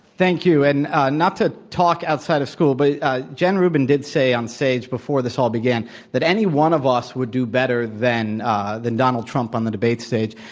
thank you. and not to talk outside of school, but jen rubin did say onstage before this all began that any one of us would do better than than donald trump on the debate stage,